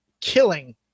killing